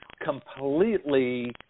completely